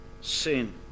sin